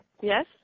Yes